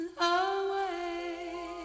away